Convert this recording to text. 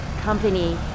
company